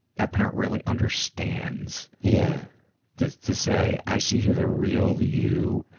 that parent really understands, yeah to to say i see who the real you